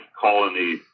colony